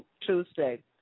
Tuesday